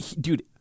dude